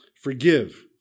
forgive